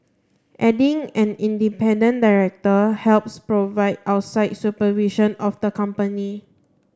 adding an independent director helps provide outside supervision of the company